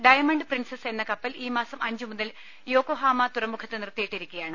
diamond princess എന്ന കപ്പൽ ഈ മാസം അഞ്ചു മുതൽ യോക്കോഹാമ തുറമുഖത്ത് നിർത്തിയിട്ടിരിക്കയാണ്